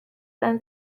than